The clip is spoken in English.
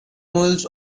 mules